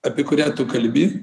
apie kurią tu kalbi